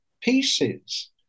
pieces